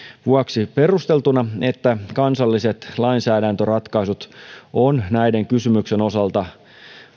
vuoksi perusteltuna että kansalliset lainsäädäntöratkaisut ovat näiden kysymysten osalta